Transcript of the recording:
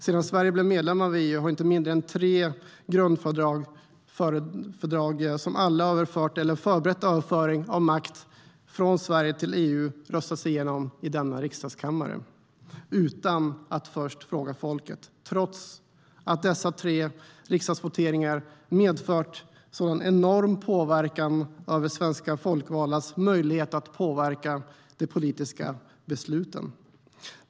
Sedan Sverige blev medlem i EU har inte mindre än tre grundfördrag som alla har överfört makt eller förberett överföring av makt från Sverige till EU röstats igenom i denna riksdags kammare - utan att man först har frågat folket. Detta trots att dessa tre riksdagsvoteringar har medfört en enorm påverkan på svenska folkvaldas möjlighet att påverka de politiska besluten.